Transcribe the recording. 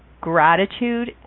gratitude